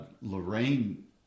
Lorraine